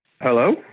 Hello